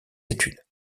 études